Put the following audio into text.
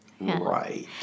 Right